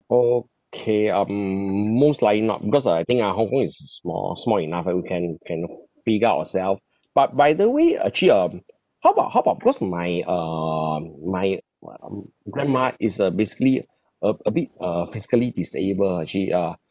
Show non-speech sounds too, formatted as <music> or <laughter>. okay um most likely not because uh I think ah hong kong is small small enough ah we can can figure out ourself <breath> but by the way uh actually um how about how about cause my um my um grandma is uh basically <breath> a a bit err physically disabled ah she ah